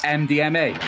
mdma